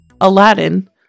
Aladdin